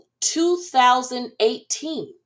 2018